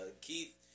Keith